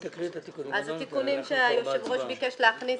תימחק." אני אקריא את התיקונים שהיושב ראש ביקש להכניס: